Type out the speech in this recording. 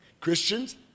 Christians